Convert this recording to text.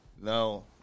No